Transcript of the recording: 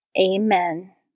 Amen